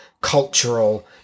cultural